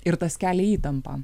ir tas kelia įtampą